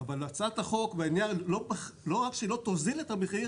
הצעת החוק לא רק שלא תוזיל את המחיר